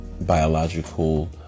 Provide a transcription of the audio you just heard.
biological